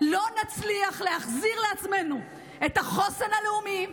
לא נצליח להחזיר לעצמנו את החוסן הלאומי,